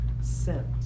sent